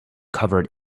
covered